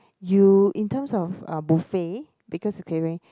you in terms of uh buffet because clearing